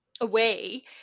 away